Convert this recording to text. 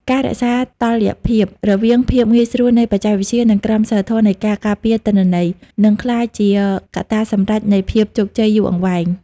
ការរក្សាតុល្យភាពរវាងភាពងាយស្រួលនៃបច្ចេកវិទ្យា និងក្រមសីលធម៌នៃការការពារទិន្នន័យ នឹងក្លាយជាកត្តាសម្រេចនៃភាពជោគជ័យយូរអង្វែង។